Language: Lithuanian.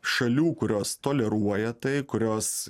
šalių kurios toleruoja tai kurios